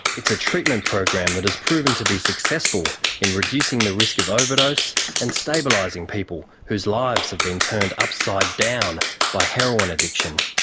it's a treatment program that has proved to be successful in reducing the risk of overdose and stabilising people whose lives have been turned upside-down by heroin addiction.